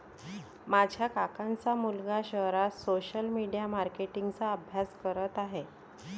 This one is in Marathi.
माझ्या काकांचा मुलगा शहरात सोशल मीडिया मार्केटिंग चा अभ्यास करत आहे